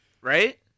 Right